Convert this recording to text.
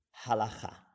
halacha